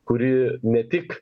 kuri ne tik